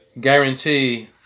guarantee